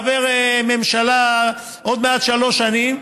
חבר ממשלה עוד מעט שלוש שנים,